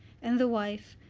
and the wife,